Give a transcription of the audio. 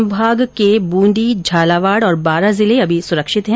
संभाग के बूंदी झालावाड़ और बारां जिले अभी सुरक्षित हैं